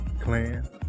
Clan